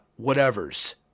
whatevers